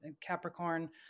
Capricorn